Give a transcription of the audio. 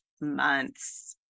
months